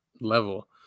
level